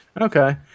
okay